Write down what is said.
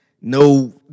no